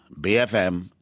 BFM